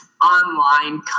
online